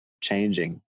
changing